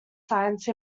science